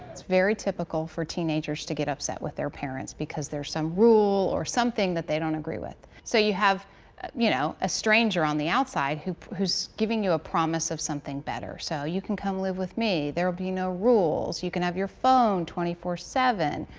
it's very typical for teenagers to get upset with their parents because there's some rule or something that they don't agree with. so you have you know a stranger on the outside who is giving you a promise of something better. so, you can come live with me. there will be no rules. you can have your phone twenty four seven.